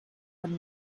would